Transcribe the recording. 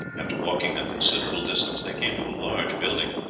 after walking a considerable distance they came to a large building.